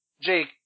Jake